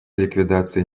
ликвидацией